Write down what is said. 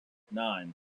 nine